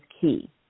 key